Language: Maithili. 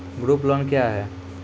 ग्रुप लोन क्या है?